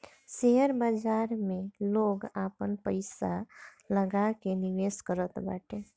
share बाजार में लोग आपन पईसा लगा के निवेश करत बाटे